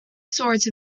sorts